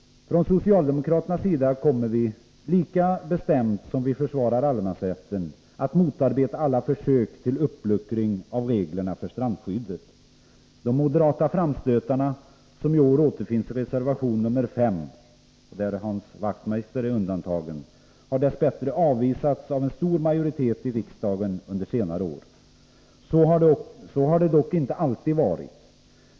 Från socialdemokraternas sida kommer vi lika bestämt som vi försvarar allemansrätten att motarbeta alla försök till uppluckring av reglerna för strandskyddet. De moderata framstötarna, som i år återfinns i reservation nr 5 - från vilken Hans Wachtmeister är undantagen —, har dess bättre avvisats av en stor majoritet i riksdagen under senare år. Så har det dock inte alltid varit.